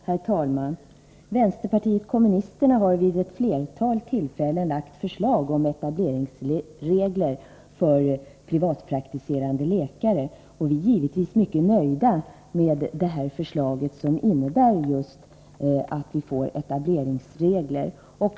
Herr talman! Vänsterpartiet kommunisterna har vid ett flertal tillfällen lagt fram förslag om etableringsregler för privatpraktiserande läkare, och vi är givetvis mycket nöjda med det här förslaget som just innebär att vi får etableringsregler.